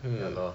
ya lor